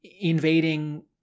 invading